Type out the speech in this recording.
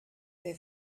their